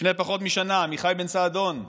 לפני פחות משנה, עמיחי בן סעדון,